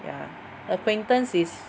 ya acquaintance is